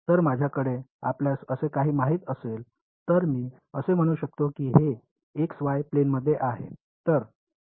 तर माझ्याकडे आपल्यास असे काही माहित असेल तर मी असे म्हणू शकतो की हे एक्सवाय प्लेनमध्ये आहे